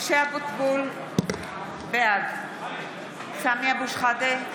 משה אבוטבול, בעד סמי אבו שחאדה,